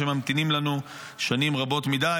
שממתינים לנו שנים רבות מדי,